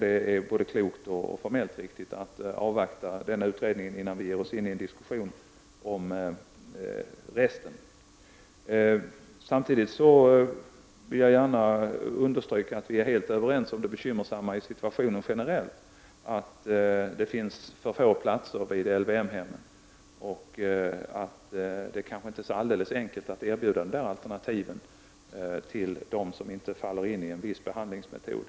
Det är både klokt och formellt riktigt att avvakta utredningen, innan vi ger oss in i en diskussion om resten. Samtidigt vill jag gärna understryka att vi är helt överens om det generellt bekymmersammaii situationen, nämligen att det finns för få platser på LYM hemmen. Det är kanske inte så alldeles enkelt att erbjuda alternativ till dem som inte passar för en viss behandlingsmetod.